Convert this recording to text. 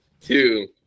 two